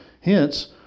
Hence